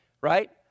Right